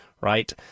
right